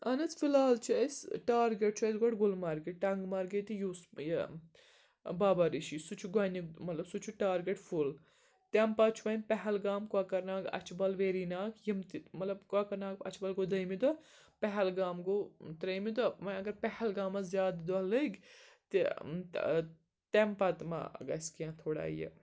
اہن حظ فِلحال چھِ أسۍ ٹارگیٹ چھُ اَسہِ گۄڈٕ گُلمرگہِ ٹنٛگہٕ مَرگہِ تہِ یوٗس یہِ بابا ریٖشی سُہ چھُ گۄڈنہِ مطلب سُہ چھُ ٹارگیٹ فُل تَمہِ پَتہٕ چھُ وۄنۍ پہلگام کۄکَر ناگ اَچھٕ وَل ویری ناگ یِم تہِ مطلب کۄکَر ناگ اَچھ وَل گوٚو دٔیِمہِ دۄہ پہلگام گوٚو ترٛیٚیِمہِ دۄہ وۄنۍ اگر پہلگامَس زیادٕ دۄہ لٔگۍ تہِ تَمہِ پَتہٕ ما گژھِ کینٛہہ تھوڑا یہِ